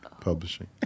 publishing